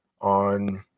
on